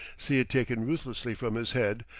see it taken ruthlessly from his head,